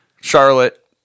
charlotte